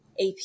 AP